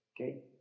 Okay